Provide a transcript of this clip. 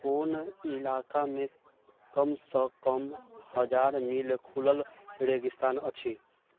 कोन ईलाका मे कमसँ कम हजार मील खुलल रेगिस्तान अछि